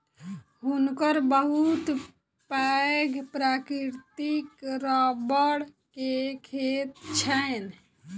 हुनकर बहुत पैघ प्राकृतिक रबड़ के खेत छैन